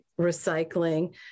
recycling